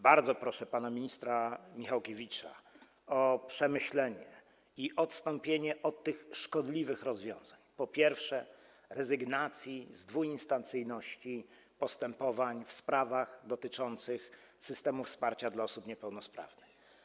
Bardzo proszę pana ministra Michałkiewicza o przemyślenie i odstąpienie od tych szkodliwych rozwiązań, po pierwsze, od rezygnacji z dwuinstancyjności postępowań w sprawach dotyczących systemu wsparcia dla osób niepełnosprawnych.